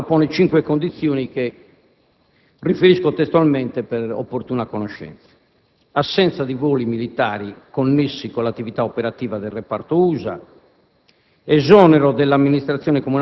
L'ordine del giorno approvato pone cinque condizioni che riferisco testualmente, per opportuna conoscenza: assenza di voli militari connessi con l'attività operativa del reparto USA;